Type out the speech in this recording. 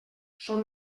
són